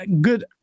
good